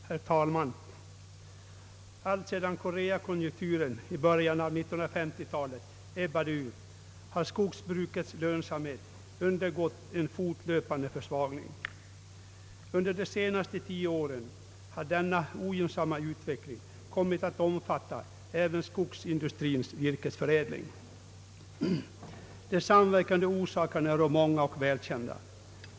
Herr talman! Alltsedan koreakonjunkturen i början av 1950-talet ebbade ut har skogsbrukets lönsamhet undergått en fortlöpande försvagning. Under de senaste tio åren har denna ogynnsamma utveckling kommit att omfatta även skogsindustrins virkesförädling. De samverkande orsakerna är många och välkända.